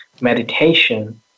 meditation